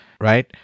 right